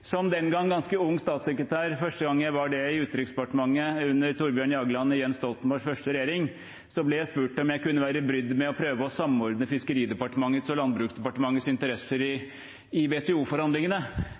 Som den gang ganske ung statssekretær, første gang jeg var det i Utenriksdepartementet under Thorbjørn Jagland og Jens Stoltenbergs første regjering, ble jeg spurt om jeg kunne være brydd med å prøve å samordne Fiskeridepartementets og Landbruksdepartementets interesser i